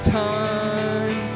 time